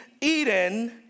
Eden